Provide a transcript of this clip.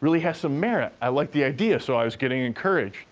really has some merit. i like the idea. so, i was getting encouraged.